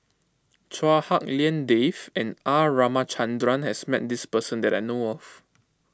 Chua Hak Lien Dave and R Ramachandran has met this person that I know of